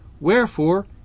Wherefore